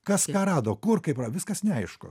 kas ką rado kur kaip ra viskas neaišku